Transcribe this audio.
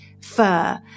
fur